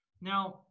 Now